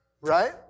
Right